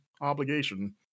obligation